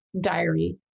diary